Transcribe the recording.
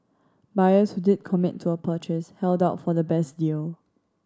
buyers who did commit to a purchase held out for the best deal